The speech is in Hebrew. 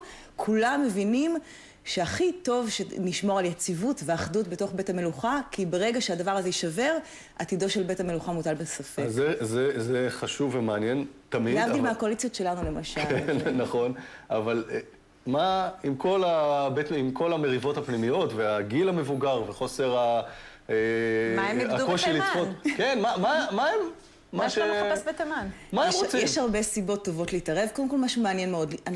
כולם מבינים שהכי טוב שנשמור על יציבות ואחדות בתוך בית המלוכה כי ברגע שהדבר הזה יישבר, עתידו של בית המלוכה מוטל בספק. אז זה חשוב ומעניין. להבדיל מהקואליציות שלנו למשל. כן, נכון. אבל מה עם כל המריבות הפנימיות והגיל המבוגר וחוסר ה... מה הם איבדו בתימן ? כן, מה הם? מה יש לנו לחפש בתימן? מה הם רוצים? יש הרבה סיבות טובות להתערב. קודם כל משהו מעניין מאוד